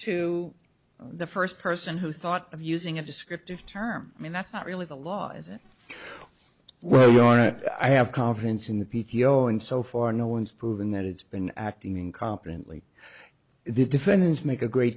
to the first person who thought of using a descriptive term i mean that's not really the law as it were i have confidence in the p t o and so far no one's proven that it's been acting incompetently the defendants make a great